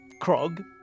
Krog